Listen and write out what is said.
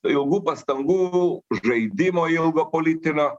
ilgų pastangų žaidimo ilgo politinio